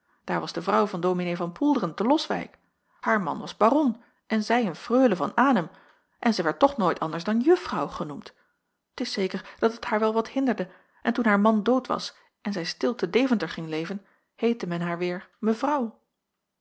daar was de vrouw van dominee van poelderen te loswijck haar man was baron en zij een freule van anem en zij werd toch nooit anders dan juffrouw genoemd t is zeker dat het haar wel wat hinderde en toen haar man dood was en zij stil te deventer ging leven heette men haar weêr mevrouw